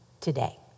today